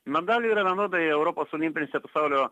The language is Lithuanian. medalių yra vienodai europos olimpinėse pasaulio